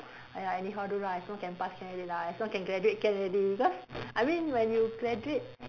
!aiya! anyhow do lah as long can pass can already lah as long can graduate can already because I mean when you graduate